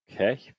Okay